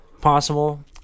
possible